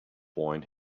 wine